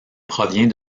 provient